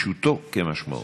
פשוטו כמשמעו,